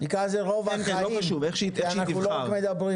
איך שהיא תבחר,